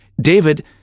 David